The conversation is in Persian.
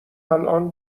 الان